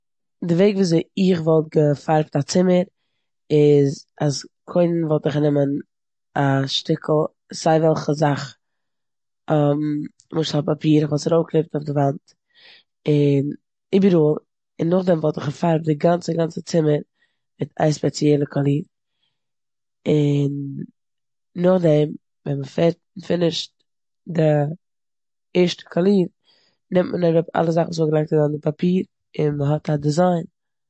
די וועג וויאזוי איך וואלט געפארבט א ציממער איז אז קודם וואלט איך גענומען א שטיקל- סיי וועלכע זאך נמשל א פאפיר. כ'וואלט עס ארויפגעקלעבט אויף די וואנט און איבעראל און נאכדים וואלט איך געפארבט די גאנצע גאנצע מיט איין ספעציעלע קאליר און נאכדעם ווען מ'פער- מ'פינישט די ערשטע קאליר נעמט אראפ אלע זאכן וואס מ'האט געלייגט אויף די וואנט, די פאפיר, און מ'האט א דיזיין.